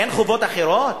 אין חובות אחרות?